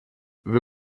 wir